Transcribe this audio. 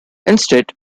instead